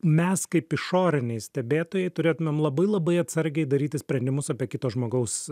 mes kaip išoriniai stebėtojai turėtumėm labai labai atsargiai daryti sprendimus apie kito žmogaus